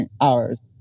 hours